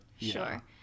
sure